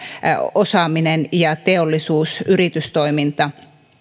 osaaminen ja teollisuus ja yritystoiminta